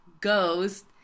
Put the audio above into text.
ghost